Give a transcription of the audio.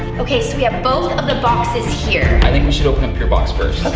okay, so we have both of the boxes here. i think we should open up your box first.